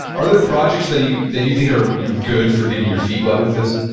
are there projects that you that you think are you know good for getting your feet wet with this?